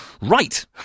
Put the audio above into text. Right